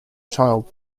child